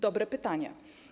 Dobre pytanie.